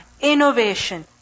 Innovation